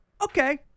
Okay